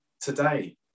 today